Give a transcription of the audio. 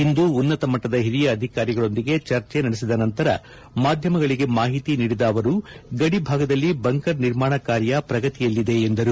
ಇಂದು ಉನ್ನತ ಮಟ್ಟದ ಹಿರಿಯ ಅಧಿಕಾರಿಗಳೊಂದಿಗೆ ಚರ್ಚೆ ನಡೆಸಿದ ನಂತರ ಮಾಧ್ಯಮಗಳಿಗೆ ಮಾಹಿತಿ ನೀಡಿದ ಅವರು ಗಡಿಭಾಗದಲ್ಲಿ ಬಂಕರ್ ನಿರ್ಮಾಣ ಕಾರ್ಯ ಪ್ರಗತಿಯಲ್ಲಿದೆ ಎಂದರು